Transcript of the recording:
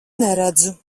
neredzu